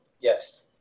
Yes